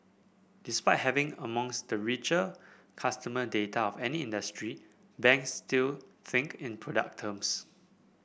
despite having amongst the richer customer data of any industry banks still think in product terms